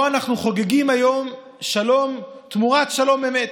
פה אנחנו חוגגים היום שלום תמורת שלום אמת.